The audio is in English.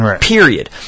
period